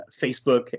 Facebook